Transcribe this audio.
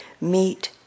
meet